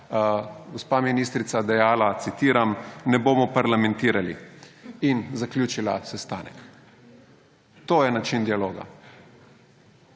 gospa ministrica dejala, citiram, »ne bomo parlamentirali«; in zaključila sestanek. To je način dialoga.